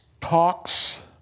talks